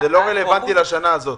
זה לא רלוונטי לשנה הזאת.